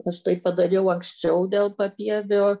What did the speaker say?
aš tai padariau anksčiau dėl papievio